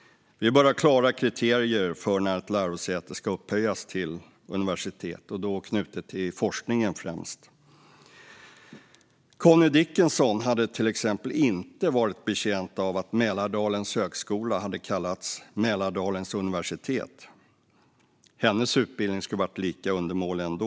Vi bör ha klara kriterier för när ett lärosäte ska upphöjas till universitet, och då främst knutet till forskningen. Connie Dickinson hade till exempel inte varit betjänt av att Mälardalens högskola hade kallats Mälardalens universitet. Hennes utbildning skulle ha varit lika undermålig ändå.